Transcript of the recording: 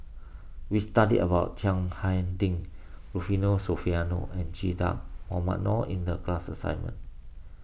we studied about Chiang Hai Ding Rufino Soliano and Che Dah Mohamed Noor in the class assignment